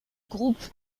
groupe